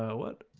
what